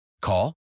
Call